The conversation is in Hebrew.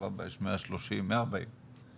סבבה יש 140 שהתחברו,